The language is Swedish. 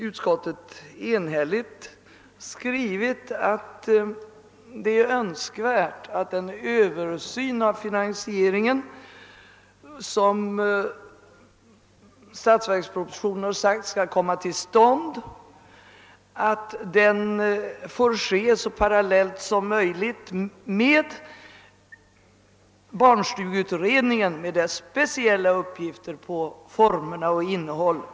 Utskottsmajoriteten har enhälligt skrivit att det är önskvärt att den översyn av finansieringen som aviserats i statsverkspropositionen bedrives så parallellt som möjligt med barnstugeutredningen med dess speciella uppgifter beträffande former och innehåll.